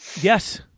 Yes